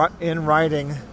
in-writing